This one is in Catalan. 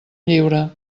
lliure